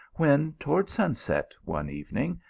when towards sunset, one evening,